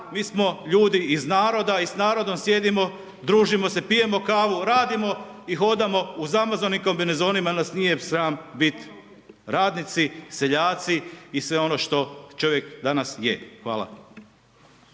mi smo ljudi iz naroda i s narodom sjedimo, družimo se, pijemo kavu, radimo i hodamo u zamazanim kombinezonima jer nas nije sram biti radnici, seljaci i sve ono što čovjek danas je. Hvala.